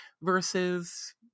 versus